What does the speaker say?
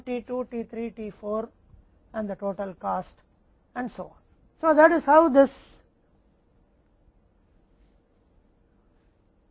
तो आइए एक संख्यात्मक उदाहरण लेते हैं और दिखाते हैं कि इसका क्या प्रभाव है